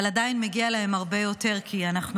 אבל עדיין מגיע להם הרבה יותר כי אנחנו